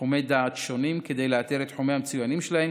לתחומי דעת שונים כדי לאתר את תחומי המצוינות שלהם.